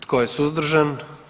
Tko je suzdržan?